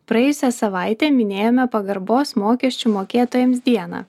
praėjusią savaitę minėjome pagarbos mokesčių mokėtojams dieną